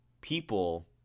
people